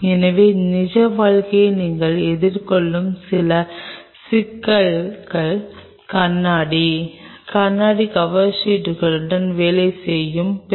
எனவே இந்த 2 படங்களையும் இந்த படத்தையும் ஒப்பிட்டுப் பார்த்தால் நீங்கள் என்ன செய்கிறீர்கள்